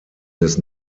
des